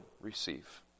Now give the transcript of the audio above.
receive